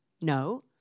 No